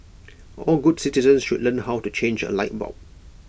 all good citizens should learn how to change A light bulb